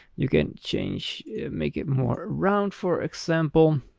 you can change make it more round, for example.